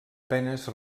penes